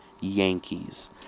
Yankees